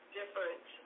different